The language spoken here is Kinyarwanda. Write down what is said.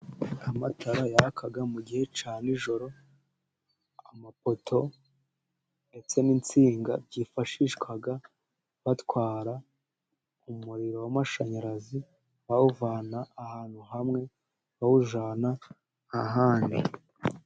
Amatara yaka mu gihe cya nijoro amapoto ndetse n'insinga byifashishwa batwara umuriro w'amashanyarazi, bawuvana ahantu hamwe bawujyana ahandi.